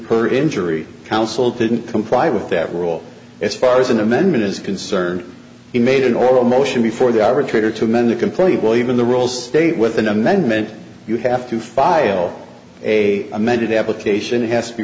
per injury counsel didn't comply with that rule as far as an amendment is concerned he made an oral motion before the arbitrate or to amend the complaint will even the rules state with an amendment you have to file a amended application has to be